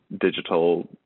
digital